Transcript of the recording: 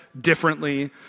differently